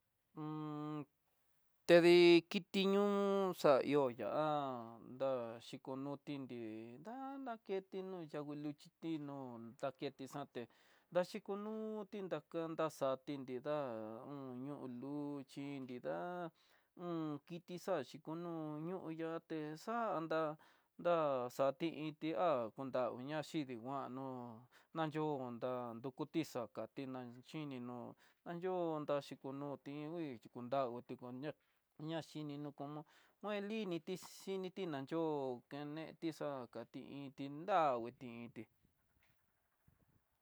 Un tedi kiti ñoo xa ihó ya'á, ndaxhikono tinri, tanakeno languiyuki xhinó daketeti xaté, dayunuti dakanda xati nidá hu nu luchi nrida un kiti xaxhí, kunu no'o yaté xanda ndá, xari iti há kondangoña ña chidi nguanó natonda dukúti xakatiná xhini nó anyintá hikonoti ngui, xhikodagui tekoñaxhini no komo ngueliniti xhininti nanyo'ó, keneti iinti ndagui tinti.